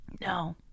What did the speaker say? No